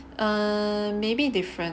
err maybe different